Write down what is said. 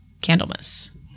Candlemas